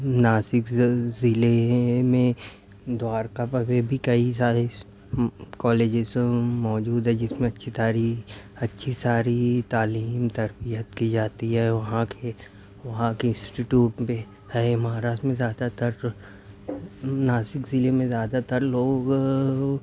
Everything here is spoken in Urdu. ناسک ضلع میں دوارکا پر وے بھی کئی سارے کالجز موجود ہیں جس میں اچھی تاری اچھی ساری تعلیم تربیت کی جاتی ہے وہاں کے وہاں کے انسٹیٹیوٹ میں ہے مہاراشٹر میں زیادہ تر ناسک ضلع میں زیادہ تر لوگ